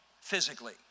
physically